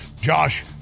Josh